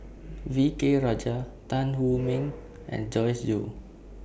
V K Rajah Tan Wu Meng and Joyce Jue